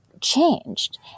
changed